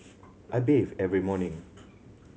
I bathe every morning